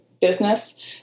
business